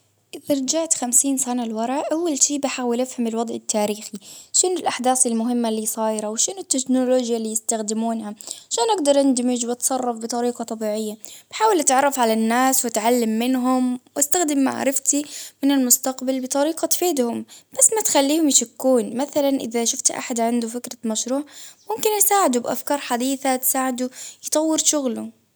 إذا رجعت خمسين سنة لورا ،أول شي بحاول أفهم الوضع التاريخي، شنو الأحداث المهمة اللي صايرة؟ وشنو التكنولوجيا اللي يستخدمونها؟ عشان أقدر أندمج وأتصرف بطريقة طبيعية، عشان أقدر أتعرف على الناس وتعلم منهم، وأستخدم معرفتي من المستقبل بطريقة تفيدهم بس ما تخليهم يشكون مثلا إذا شفت أحد عنده فكرة مشروع ممكن يساعده بأفكار حديثة تساعده تطور شغله.